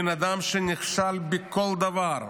בן אדם שנכשל בכל דבר,